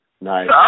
nice